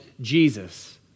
Jesus